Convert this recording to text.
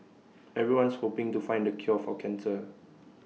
everyone's hoping to find the cure for cancer